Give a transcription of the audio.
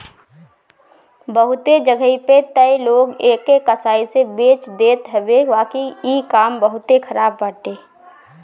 बहुते जगही पे तअ लोग एके कसाई से बेच देत हवे बाकी इ काम बहुते खराब बाटे